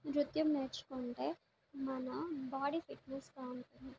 నృత్యం నేర్చుకుంటే మన బాడీ ఫిట్నెస్గా ఉంటుంది